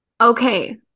Okay